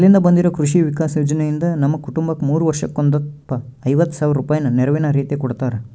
ಮೊದ್ಲಿಂದ ಬಂದಿರೊ ಕೃಷಿ ವಿಕಾಸ ಯೋಜನೆಯಿಂದ ನಮ್ಮ ಕುಟುಂಬಕ್ಕ ಮೂರು ವರ್ಷಕ್ಕೊಂದಪ್ಪ ಐವತ್ ಸಾವ್ರ ರೂಪಾಯಿನ ನೆರವಿನ ರೀತಿಕೊಡುತ್ತಾರ